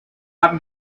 haben